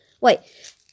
Wait